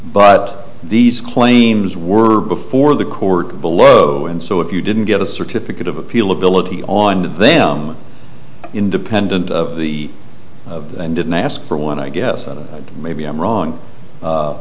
but these claims were before the court below and so if you didn't get a certificate of appeal ability on them independent of the and did not ask for one i guess maybe i'm wrong